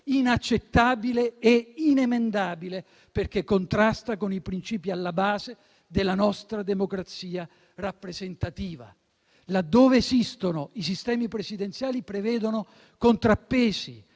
inaccettabile e inemendabile, perché contrasta con i princìpi alla base della nostra democrazia rappresentativa. Dove esistono, i sistemi presidenziali prevedono contrappesi